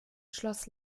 schloss